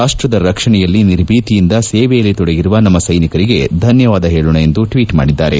ರಾಷ್ಟ್ದ ರಕ್ಷಣೆಗಾಗಿ ನಿರ್ಭೀತಿಯಿಂದ ಸೇವೆಯಲ್ಲಿ ತೊಡಗಿರುವ ನಮ್ಮ ಸೈನಿಕರಿಗೆ ಧನ್ಯವಾದ ಹೇಳೋಣ ಎಂದು ಟ್ವೀಟ್ ಮಾಡಿದ್ದಾರೆ